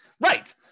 Right